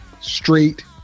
straight